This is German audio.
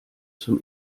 zum